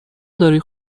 داری